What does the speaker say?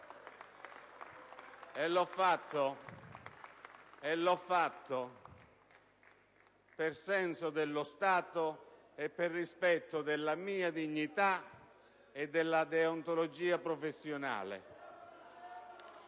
L'ho fatto per senso dello Stato e per rispetto della mia dignità e della deontologia professionale.